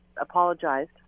apologized